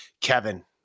Kevin